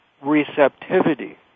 receptivity